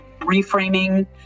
reframing